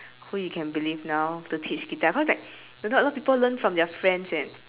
who you can believe now to teach guitar cause like a lot a lot people learn from their friends eh